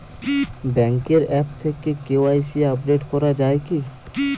ব্যাঙ্কের আ্যপ থেকে KYC update করা যায় কি?